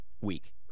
week